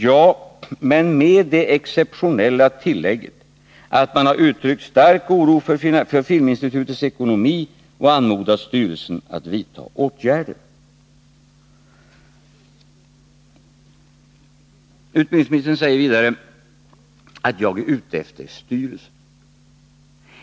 Ja, men med det exceptionella tillägget att Nr 129 man har uttryckt stark oro för Filminstitutets ekonomi och anmodat styrelsen att vidta åtgärder. Utbildningsministern säger vidare att jag är ute efter styrelsen.